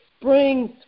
springs